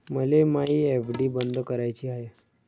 मले मायी एफ.डी बंद कराची हाय